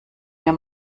wir